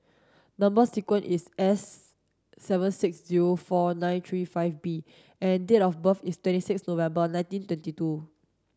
number sequence is S seven six zero four nine three five B and date of birth is twenty six November nineteen twenty two